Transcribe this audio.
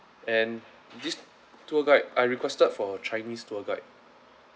and this tour guide I requested for chinese tour guide